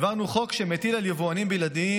העברנו חוק שמטיל על יבואנים בלעדיים,